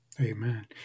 Amen